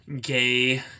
gay